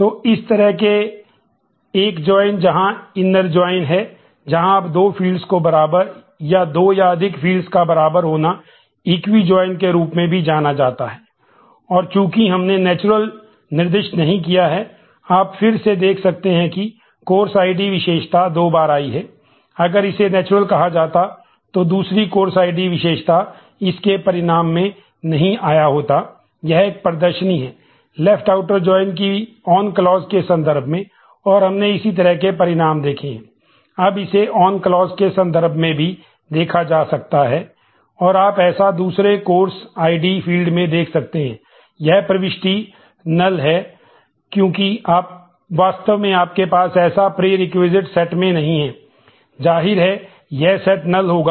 तो इस तरह के एक जॉइन होगा